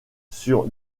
sur